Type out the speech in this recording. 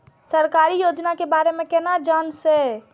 सरकारी योजना के बारे में केना जान से?